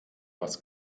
was